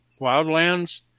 wildlands